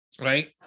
Right